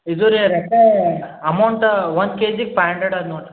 ಇದು ರೀ ರೊಕ್ಕ ಅಮೌಂಟ್ ಒಂದು ಕೆಜಿಗೆ ಫೈವ್ ಹಂಡ್ರಡ್ ಅದು ನೋಡ್ರಿ